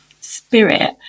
spirit